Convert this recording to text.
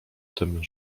tym